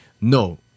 no